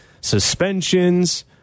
suspensions